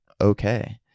okay